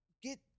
get